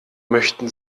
möchten